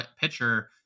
pitcher